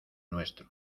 nuestro